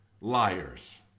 Liars